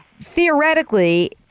Theoretically